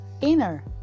inner